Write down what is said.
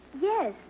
Yes